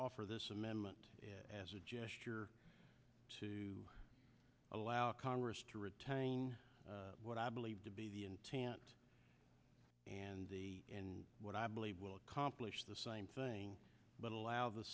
offer this amendment as a gesture to allow congress to retain what i believe to be the intent and the end what i believe will accomplish the same thing but allow the